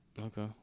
Okay